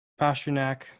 Pasternak